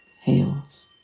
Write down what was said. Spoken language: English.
heals